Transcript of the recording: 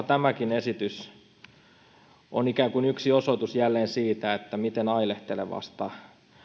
tämäkin esitys on ikään kuin yksi osoitus jälleen miten ailahtelevasta